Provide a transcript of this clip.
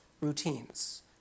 routines